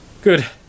Good